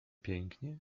pięknie